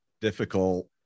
difficult